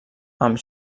amb